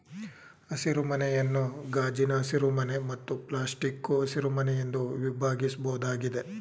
ಹಸಿರುಮನೆಯನ್ನು ಗಾಜಿನ ಹಸಿರುಮನೆ ಮತ್ತು ಪ್ಲಾಸ್ಟಿಕ್ಕು ಹಸಿರುಮನೆ ಎಂದು ವಿಭಾಗಿಸ್ಬೋದಾಗಿದೆ